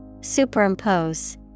Superimpose